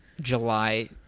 July